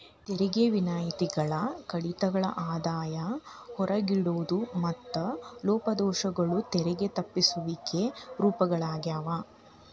ತೆರಿಗೆ ವಿನಾಯಿತಿಗಳ ಕಡಿತಗಳ ಆದಾಯ ಹೊರಗಿಡೋದು ಮತ್ತ ಲೋಪದೋಷಗಳು ತೆರಿಗೆ ತಪ್ಪಿಸುವಿಕೆ ರೂಪಗಳಾಗ್ಯಾವ